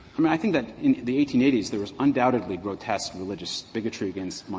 i mean, i think that in the eighteen eighty s, there was undoubtedly grotesque religious bigotry against ah